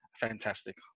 fantastic